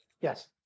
Yes